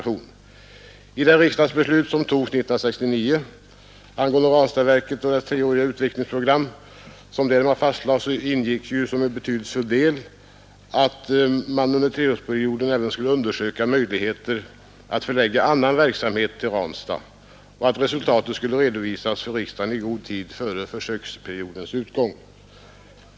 I det riksdagsbeslut som togs 1969 angående Ranstadsverket och dess treåriga utvecklingsprogram ingick som en betydelsefull del att man under treårsperioden skulle undersöka möjligheter att förlägga annan verksamhet till Ranstad och att resultatet skulle redovisas för riksdagen i god tid före försöksperiodens utgång.